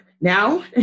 now